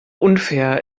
unfair